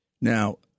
Now